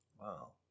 Wow